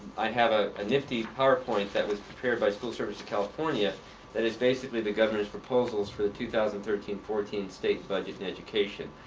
i have a ah nifty powerpoint that was prepared by school service of california that is basically the governor's proposals for the two thousand and thirteen fourteen state budget in education.